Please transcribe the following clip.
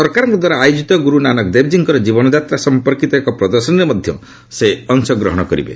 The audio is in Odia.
ସରକାରଙ୍କ ଦ୍ୱାରା ଆୟୋଜିତ ଗୁରୁ ନାନକଦେବଙ୍ଗୀଙ୍କର ଜୀବନଯାତ୍ରା ସମ୍ପର୍କୀତ ଏକ ପ୍ରଦର୍ଶନୀରେ ମଧ୍ୟ ସେ ଅଂଶଗ୍ରହଣ କରିବେ